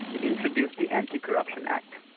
he introduced the anti-corruption act,